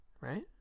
right